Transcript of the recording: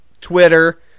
Twitter